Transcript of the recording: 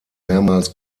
mehrmals